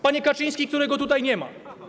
Panie Kaczyński, którego tutaj nie ma!